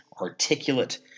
articulate